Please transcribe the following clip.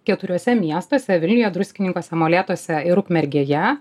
keturiuose miestuose vilniuje druskininkuose molėtuose ir ukmergėje